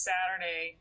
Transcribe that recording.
Saturday